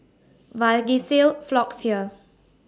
Vagisil Floxia